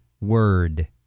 word